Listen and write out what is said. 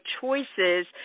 choices